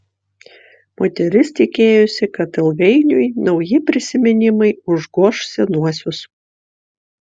moteris tikėjosi kad ilgainiui nauji prisiminimai užgoš senuosius